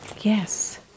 Yes